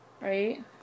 Right